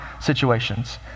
situations